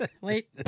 Wait